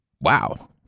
Wow